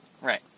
Right